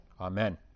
Amen